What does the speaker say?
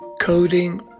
Coding